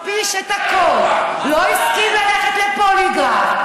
מכפיש את הכול, לא הסכים ללכת לפוליגרף.